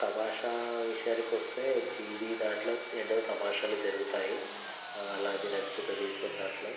తమాషా విషయానికి వస్తే జీడి దానిలో ఎన్నో తమాషాలు జరుగుతాయి అల్లావుద్దీన్ అద్భుత దీపం దానిలో